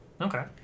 Okay